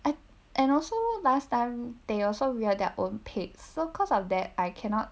and and also last time they also rear their own pigs so cause of that I cannot